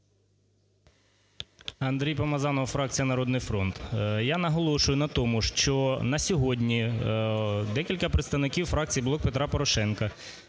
Андрій Помазанов, фракція "Народний фронт". Я наголошую на тому, що на сьогодні декілька представників фракції "Блок Петра Порошенка"